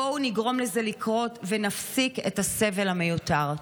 בואו נגרום לזה לקרות ונפסיק את הסבל המיותר.